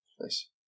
Nice